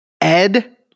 Ed